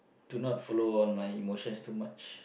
to not follow my emotions too much